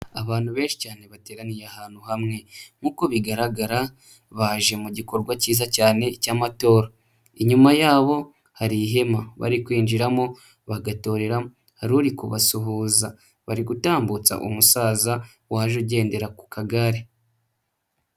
Abantu benshi cyane bateraniye ahantu hamwe, nk'uko bigaragara baje mu gikorwa cyiza cyane cy'amatora, inyuma yabo hari ihema bari kwinjiramo bagatoreramo, hari uri kubasuhuza, bari gutambutsa umusaza waje ugendera ku kagare.